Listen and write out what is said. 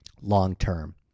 long-term